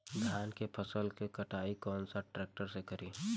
धान के फसल के कटाई कौन सा ट्रैक्टर से करी?